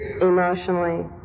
emotionally